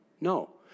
No